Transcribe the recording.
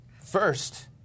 First